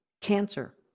cancer